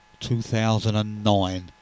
2009